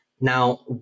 Now